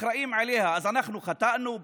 אחראים לה, אז אנחנו חטאנו?